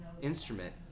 instrument